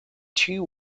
two